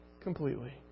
completely